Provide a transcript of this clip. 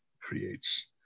creates